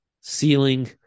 ceiling